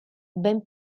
ben